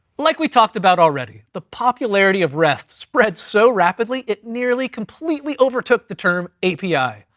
like we talked about already, the popularity of rest spreads so rapidly. it nearly completely overtook the term api.